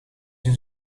een